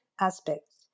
aspects